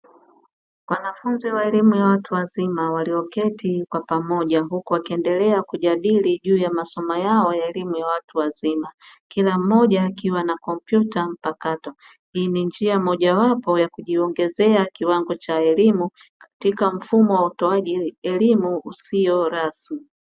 Wanafunzi wa elimu ya watu wazima walioketi kwa pamoja huku wakiendelea kujadili juu ya masomo yao ya elimu ya watu wazima, kila mmoja akiwa na kompyuta mpakato. Hii ni njia mojawapo ya kujiongezea kiwango cha elimu katika mfumo wa utoaji elimu usio rasmi.